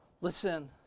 listen